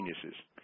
geniuses